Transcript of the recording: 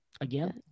Again